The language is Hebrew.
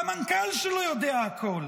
והמנכ"ל שלו יודע הכול,